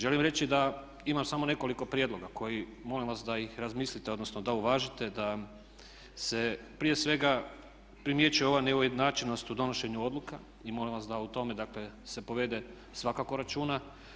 Želim reći da imam samo nekoliko prijedloga koji molim vas da ih razmislite, odnosno da uvažite, da se prije svega primjećuje ova neujednačenost u donošenju odluka i molim vas da u tome, dakle se povede svakako računa.